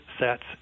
sets